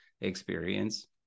experience